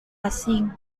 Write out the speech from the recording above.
asing